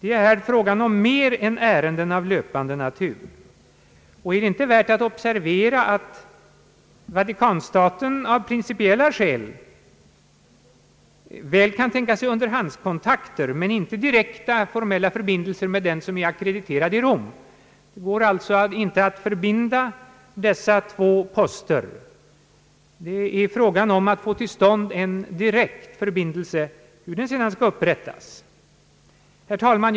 Det är här fråga om mer än ärenden av löpande natur. Är det inte i detta sammanhang värt att observera, att Vatikanstaten av principiella skäl väl kan tänka sig underhandskontakter men inte direkt formella förbindelser med den som är ackrediterad i Rom? Det går alltså inte att förbinda dessa två poster. Det är fråga om att få till stånd en direkt förbindelse, hur den nu skall upprättas. Herr talman!